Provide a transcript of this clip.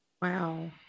Wow